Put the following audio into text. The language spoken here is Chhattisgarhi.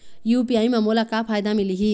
यू.पी.आई म मोला का फायदा मिलही?